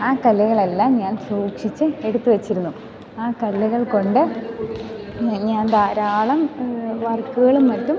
ആ കല്ലുകളെല്ലാം ഞാൻ സൂക്ഷിച്ച് എടുത്തു വെച്ചിരുന്നു ആ കല്ലുകൾ കൊണ്ട് ഞാൻ ഞാൻ ധാരാളം വർക്കുകളും മറ്റും